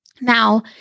Now